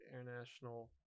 international